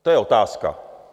To je otázka.